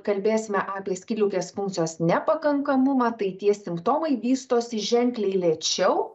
kalbėsime apie skydliaukės funkcijos nepakankamumą tai tie simptomai vystosi ženkliai lėčiau